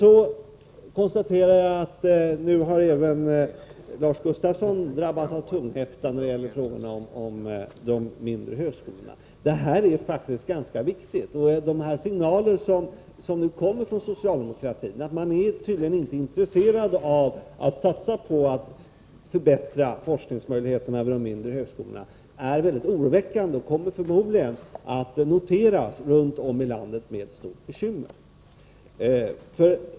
Nr 166 Jag konstaterar att även Lars Gustafsson nu har drabbats av tunghäfta när det gäller frågorna om de mindre högskolorna. Detta är faktiskt ganska viktigt. De signaler som nu kommer från socialdemokratin, att man tydligen inte är intresserad av att förbättra forskningsmöjligheterna vid de mindre högskolorna, är oroväckande och kommer förmodligen att noteras runt om i landet och innebära ett stort bekymmer.